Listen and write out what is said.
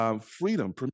freedom